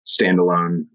standalone